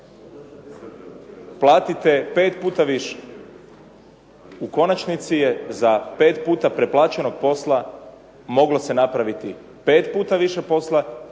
platite 5 puta više u konačnici je za 5 puta preplaćenog posla moglo se napraviti 5 puta više posla